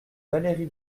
valérie